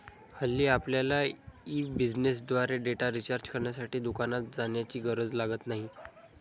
हल्ली आपल्यला ई बिझनेसद्वारे डेटा रिचार्ज करण्यासाठी दुकानात जाण्याची गरज लागत नाही